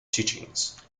teachings